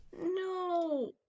No